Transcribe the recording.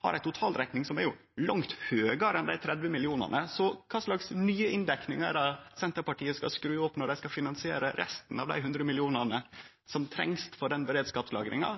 har ei totalrekning som er langt høgre enn dei 30 millionane. Kva slags nye inndekningar er det Senterpartiet skal skru opp for å finansiere resten av dei 100 millionane som trengs for denne beredskapslagringa?